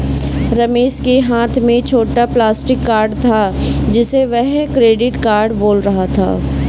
रमेश के हाथ में छोटा प्लास्टिक कार्ड था जिसे वह क्रेडिट कार्ड बोल रहा था